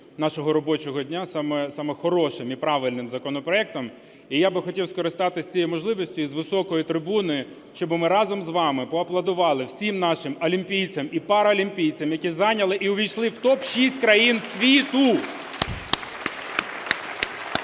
нашого робочого дня саме хорошим і правильним законопроектом. І я би хотів скористатись цією можливістю, і з високої трибуни щоб ми разом з вами поаплодували всім нашим олімпійцям і паралімпійцям, які зайняли і увійшли в топ-6 країн світу! (Оплески)